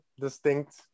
distinct